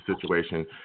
situation